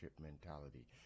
mentality